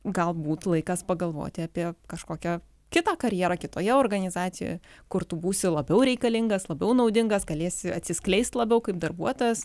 galbūt laikas pagalvoti apie kažkokią kitą karjerą kitoje organizacijoje kur tu būsi labiau reikalingas labiau naudingas galėsi atsiskleisti labiau kaip darbuotojas